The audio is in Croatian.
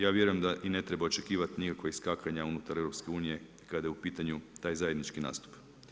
Ja vjerujem da i ne treba očekivati nikakva iskakanja unutar EU kada je u pitanju taj zajednički nastup.